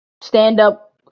stand-up